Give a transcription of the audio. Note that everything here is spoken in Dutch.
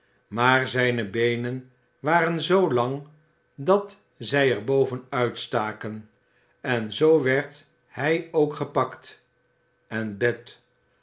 maar zijne beenen waren zoo lang dat zij er boven uitstaken en zoo werd hij ook gepakt en bet